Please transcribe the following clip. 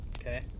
Okay